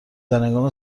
درهنگام